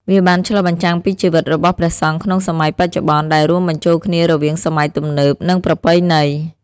វាបានឆ្លុះបញ្ចាំងពីជីវិតរបស់ព្រះសង្ឃក្នុងសម័យបច្ចុប្បន្ន ដែលរួមបញ្ចូលគ្នារវាងសម័យទំនើប និងប្រពៃណី។